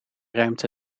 ruimte